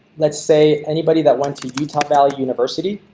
let's say anybody that went to utah valley university.